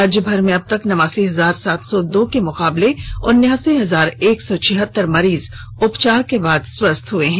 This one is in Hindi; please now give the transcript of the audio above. राज्यभर में अबतक नवासी हजार सात सौ दो के मुकाबले उन्यासी हजार एक सौ छिहतर मरीज उपचार के बाद स्वस्थ हो चुके हैं